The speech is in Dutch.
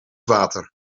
water